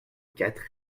quatre